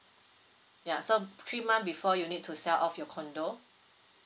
ya so three month before you need to sell off your condo